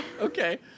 Okay